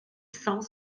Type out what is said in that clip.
cent